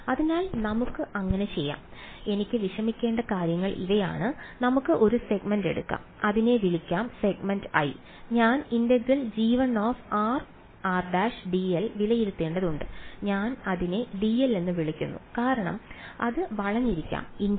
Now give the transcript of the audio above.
അതിനാൽ നമുക്ക് അങ്ങനെ ചെയ്യാം എനിക്ക് വിഷമിക്കേണ്ട കാര്യങ്ങൾ ഇവയാണ് നമുക്ക് ഒരു സെഗ്മെന്റ് എടുക്കാം അതിനെ വിളിക്കാം സെഗ്മെന്റ് i ഞാൻ ∫g1rr′dl വിലയിരുത്തേണ്ടതുണ്ട് ഞാൻ അതിനെ dl എന്ന് വിളിക്കുന്നു കാരണം അത് വളഞ്ഞിരിക്കാം ∫∇g1rr′